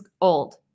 old